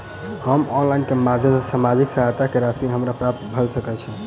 हम ऑनलाइन केँ माध्यम सँ सामाजिक सहायता केँ राशि हमरा प्राप्त भऽ सकै छै?